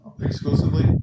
exclusively